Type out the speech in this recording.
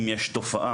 אם יש תופעה,